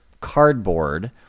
cardboard